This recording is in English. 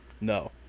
No